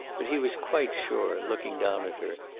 but he was quite sure, looking down at her,